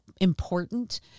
important